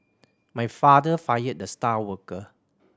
my father fired the star worker